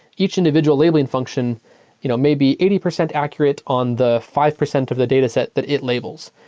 each individual labeling function you know may be eighty percent accurate on the five percent of the dataset that it labels.